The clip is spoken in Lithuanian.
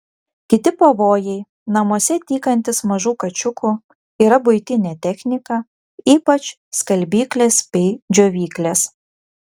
kiti pavojai namuose tykantys mažų kačiukų yra buitinė technika ypač skalbyklės bei džiovyklės